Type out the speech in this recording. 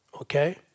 Okay